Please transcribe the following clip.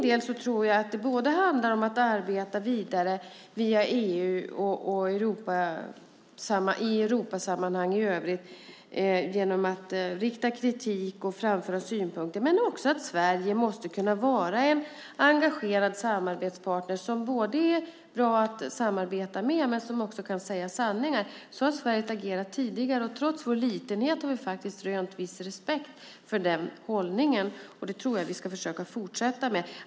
Det handlar om att arbeta vidare via EU, och i Europasammanhang i övrigt, genom att rikta kritik och framföra synpunkter. Men Sverige måste också kunna vara en engagerad samarbetspartner som både är bra att samarbeta med och kan säga sanningar. Så har Sverige agerat tidigare och trots vår litenhet har vi rönt viss respekt för den hållningen, och den tror jag att vi ska fortsätta med.